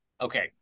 Okay